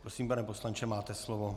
Prosím, pane poslanče, máte slovo.